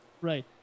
Right